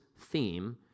theme